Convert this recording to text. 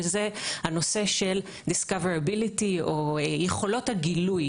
שזה הנושא של יכולות הגילוי,